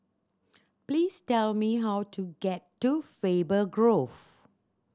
please tell me how to get to Faber Grove